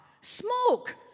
Smoke